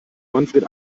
manfred